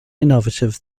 innovative